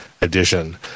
Edition